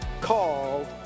called